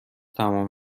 تمام